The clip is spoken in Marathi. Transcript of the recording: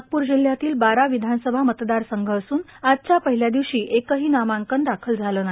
नागपूर जिल्ह्यातील बारा विधानसभा मतदारसंघ असून आजच्या पहिल्या दिवशी एकही नामांकन दाखल झालं नाही